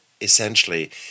essentially